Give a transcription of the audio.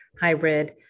hybrid